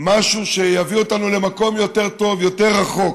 משהו שיביא אותנו למקום יותר טוב, יותר רחוק.